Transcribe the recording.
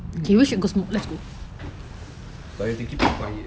okay but you have to keep quiet